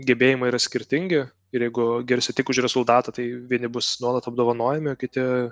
gebėjimai yra skirtingi ir jeigu girsi tik už rezultatą tai vieni bus nuolat apdovanojami o kiti